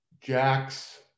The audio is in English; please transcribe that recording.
Jack's